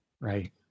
right